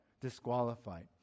disqualified